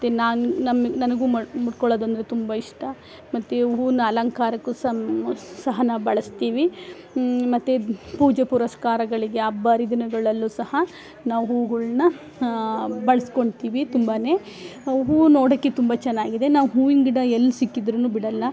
ಮತ್ತು ನಾನು ನಮ್ಮ ನನಗೂ ಮುಡಿ ಮುಡ್ಕೊಳ್ಳೋದು ಅಂದರೆ ತುಂಬ ಇಷ್ಟ ಮತ್ತು ಹೂವಿನ ಅಲಂಕಾರಕ್ಕು ಸಹ ಸಹ ನಾವು ಬಳಸ್ತೀವಿ ಮತ್ತು ಪೂಜೆ ಪುರಸ್ಕಾರಗಳಿಗೆ ಹಬ್ಬ ಹರಿದಿನಗಳಲ್ಲು ಸಹ ನಾವು ಹೂವುಗಳ್ನ ಬಳಸ್ಕೊತೀವಿ ತುಂಬ ಹೂವು ನೋಡೋಕ್ಕೆ ತುಂಬ ಚೆನ್ನಾಗಿದೆ ನಾವು ಹೂವಿನ ಗಿಡ ಎಲ್ಲಿ ಸಿಕ್ಕಿದ್ರು ಬಿಡೋಲ್ಲ